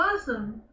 awesome